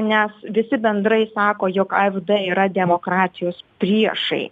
nes visi bendrai sako jog ai b d yra demokratijos priešai